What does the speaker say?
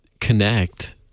connect